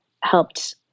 helped